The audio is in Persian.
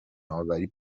اوری